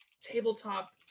tabletop